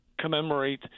commemorate